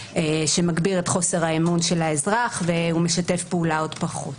שמגביר את חוסר האמון של האזרח והוא משתף פעולה עוד פחות.